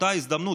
באותה הזדמנות,